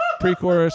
pre-chorus